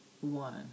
one